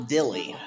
Dilly